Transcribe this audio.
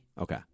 Okay